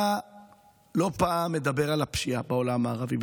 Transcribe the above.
אתה לא פעם מדבר על הפשיעה בעולם הערבי,